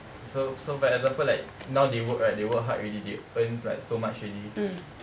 so so for example right now they work right they work hard already they earn like so much already